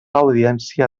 audiència